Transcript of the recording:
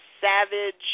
savage